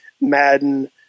Madden